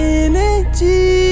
energy